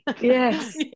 Yes